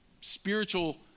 spiritual